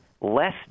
less